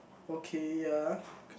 okay ya